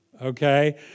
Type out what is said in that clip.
okay